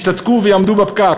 ישתתקו ויעמדו בפקק,